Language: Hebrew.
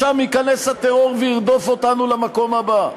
לשם ייכנס הטרור וירדוף אותנו למקום הבא.